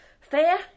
Fair